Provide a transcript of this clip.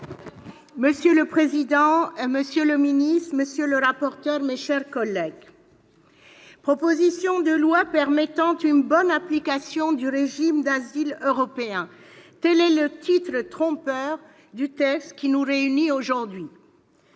Monsieur le président, monsieur le ministre d'État, monsieur le rapporteur, mes chers collègues, « proposition de loi permettant une bonne application du régime d'asile européen », tel est le titre trompeur du texte qui nous réunit aujourd'hui.